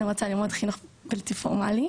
אני רוצה ללמוד חינוך בלתי פורמלי,